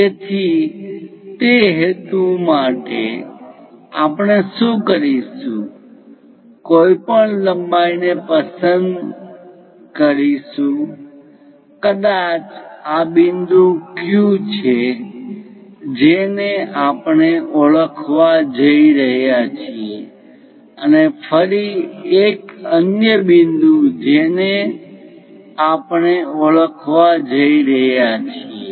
તેથી તે હેતુ માટે આપણે શું કરીશું કોઈપણ લંબાઈને પસંદ કર કરીશું કદાચ આ બિંદુ Q છે જેને આપણે ઓળખવા જઈ રહ્યા છીએ અને ફરી એક અન્ય બિંદુ જેને આપણે ઓળખવા જઈ રહ્યા છીએ